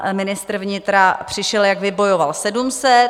Pan ministr vnitra přišel, jak vybojoval 700.